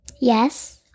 Yes